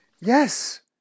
Yes